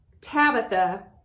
Tabitha